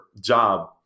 job